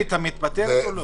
המנכ"לית המתפטרת או לא?